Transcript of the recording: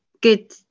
good